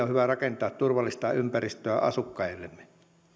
hyvä rakentaa turvallista ympäristöä asukkaillemme kun